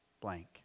blank